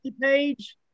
page